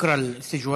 אִקרא אל סיג'ואב,